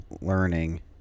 learning